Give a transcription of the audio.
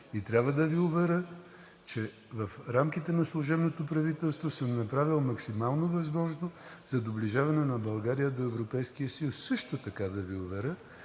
И трябва да Ви уверя, че в рамките на служебното правителство съм направил максимално възможното за доближаване на България до Европейския съюз. Също така да Ви уверя,